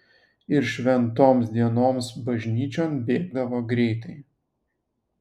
ir šventoms dienoms bažnyčion bėgdavo greitai